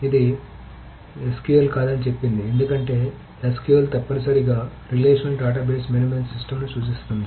ఇది SQL కాదని చెప్పింది ఎందుకంటే SQL తప్పనిసరిగా రిలేషనల్ డేటాబేస్ మేనేజ్మెంట్ సిస్టమ్ను సూచిస్తుంది